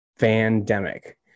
pandemic